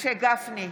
משה גפני,